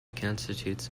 constitutes